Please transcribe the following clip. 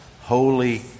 holy